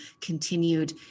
continued